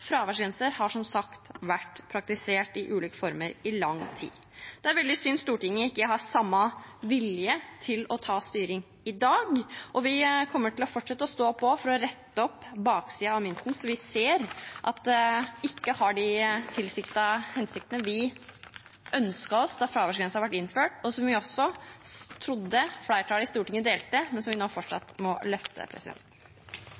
har som sagt vært praktisert i ulike former i lang tid. Det er veldig synd at Stortinget ikke har samme vilje til å ta styring i dag. Vi kommer til å fortsette å stå på for å rette opp baksiden av medaljen, som vi ser at ikke har de tilsiktede hensiktene vi ønsket oss da fraværsgrensen ble innført, og som vi også trodde flertallet i Stortinget delte, men som vi nå